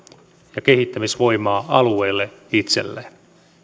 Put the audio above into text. ja kehittämisvoimaa alueille itselleen